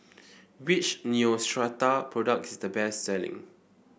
which Neostrata product is the best selling